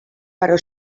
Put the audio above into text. però